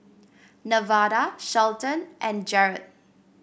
Nevada Shelton and Jerod